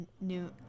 new